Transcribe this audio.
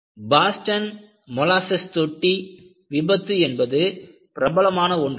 Boston molasses தொட்டி விபத்து என்பது பிரபலமான ஒன்றாகும்